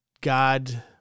God